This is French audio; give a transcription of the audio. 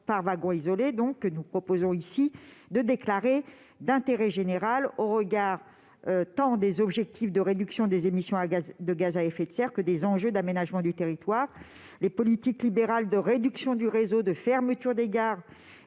par wagon isolé, que nous proposons de déclarer d'intérêt général, au regard tant des objectifs de réduction des émissions de gaz à effet de serre que des enjeux d'aménagement du territoire. Les politiques libérales de réduction du réseau, de fermeture des gares